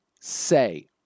say